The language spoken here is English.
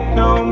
no